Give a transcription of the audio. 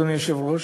אדוני היושב-ראש,